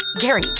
Gary